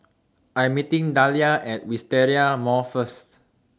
I Am meeting Dahlia At Wisteria Mall First